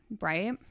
Right